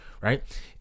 right